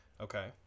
okay